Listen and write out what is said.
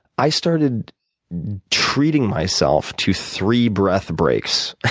i started treating myself to three breath breaks.